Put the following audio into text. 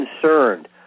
concerned